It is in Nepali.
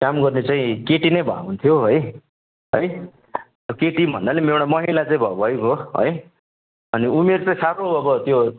काम गर्ने चाहिँ केटी नै भए हुन्थ्यो है है केटी भन्नाले नि एउटा महिला चाहिँ भए भइगयो है अनि उमेर त साह्रो अब त्यो